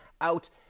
out